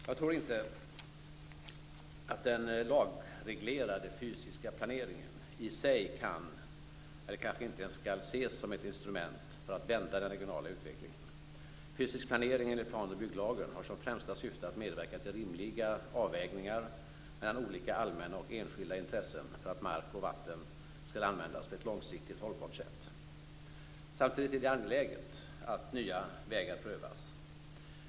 Jag tror inte att den lagreglerade fysiska planeringen i sig kan eller kanske ens skall ses som ett instrument för att vända den regionala utvecklingen. Fysisk planering enligt plan och bygglagen har som främsta syfte att medverka till rimliga avvägningar mellan olika allmänna och enskilda intressen för att mark och vatten skall användas på ett långsiktigt hållbart sätt. Samtidigt är det angeläget att nya vägar prövas.